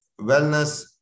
wellness